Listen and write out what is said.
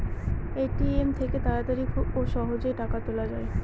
ATM থেকে তাড়াতাড়ি ও সহজেই টাকা তোলা যায়